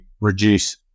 reduce